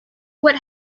what